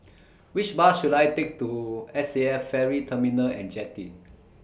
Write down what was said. Which Bus should I Take to S A F Ferry Terminal and Jetty